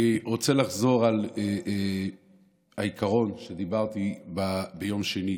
אני רוצה לחזור על העיקרון שדיברתי עליו גם ביום שני.